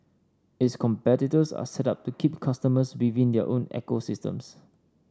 its competitors are set up to keep customers within their own ecosystems